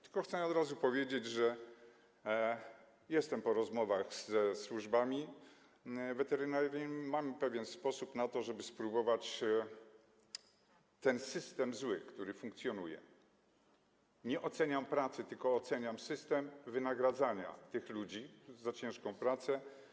Tylko chcę od razu powiedzieć, że jestem po rozmowach ze służbami weterynaryjnymi i mamy pewien sposób na to, żeby spróbować zmienić ten zły system, który funkcjonuje - nie oceniam pracy, tylko oceniam system wynagradzania tych ludzi za ciężką pracę.